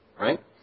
right